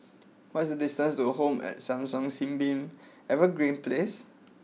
what is the distance to Home at Hong San Sunbeam Evergreen Place